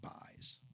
buys